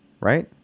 right